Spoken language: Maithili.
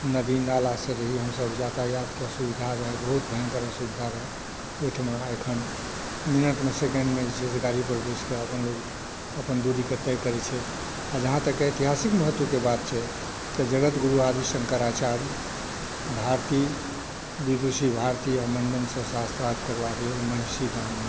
नदी नालासॅं रही हमसभ यातायातके असुविधा रहै बहुत भयंकर असुविधा रहै ओहिठमा अखन मिनटमे सकेंडमे जे छै से गाड़ी पर बैसिक अपन लोक अपन दूरीके तय करै छथि आ जहाँ तक एतिहासिक महत्वके बात छै तऽ जगतगुरु आदि शंकराचार्य भारती विदुषी भारती आ मण्डनसॅं शास्त्रार्थ करबाक लेल महिषी गाम